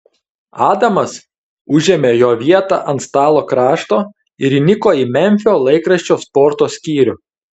adamas užėmė jo vietą ant stalo krašto ir įniko į memfio laikraščio sporto skyrių